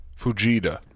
Fujita